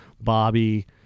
Bobby